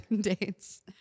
dates